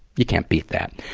you can't beat that.